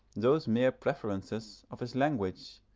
those mere preferences, of his language,